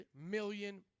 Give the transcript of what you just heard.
million